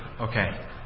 okay